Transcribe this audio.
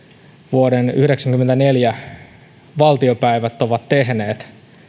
vuoden yhdeksänkymmentäneljä valtiopäivät ovat tehneet